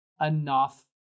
enough